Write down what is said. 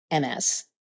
MS